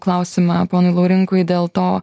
klausimą ponui laurinkui dėl to